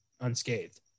unscathed